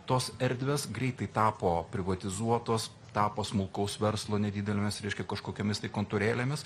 tos erdvės greitai tapo privatizuotos tapo smulkaus verslo nedidelėmis reiškia kažkokiomis kontorėlėmis